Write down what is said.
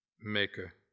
maker